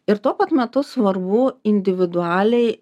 ir tuo pat metu svarbu individualiai